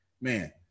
man